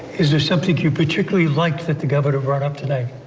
is there something you particularly liked that the governor brought up tonight?